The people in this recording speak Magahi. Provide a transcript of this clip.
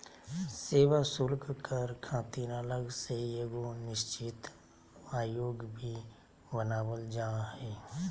सेवा शुल्क कर खातिर अलग से एगो निश्चित आयोग भी बनावल जा हय